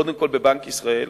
קודם כול בבנק ישראל,